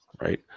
right